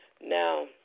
Now